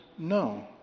No